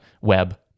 web